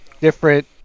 different